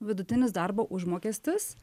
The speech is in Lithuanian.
vidutinis darbo užmokestis